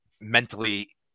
mentally